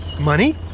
Money